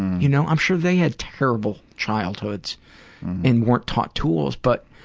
you know i'm sure they had terrible childhoods and weren't taught tools, but